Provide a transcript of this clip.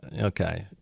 okay